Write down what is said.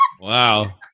wow